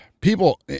People